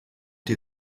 die